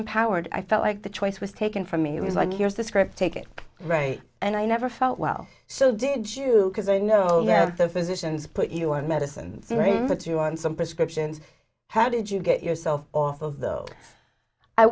empowered i felt like the choice was taken from me it was like here's the script take it right and i never felt well so did you because i know you have the physicians put you on medicine put you on some prescriptions how did you get yourself off of th